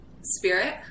spirit